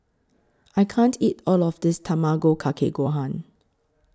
I can't eat All of This Tamago Kake Gohan